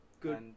Good